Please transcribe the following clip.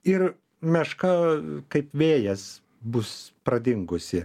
ir meška kaip vėjas bus pradingusi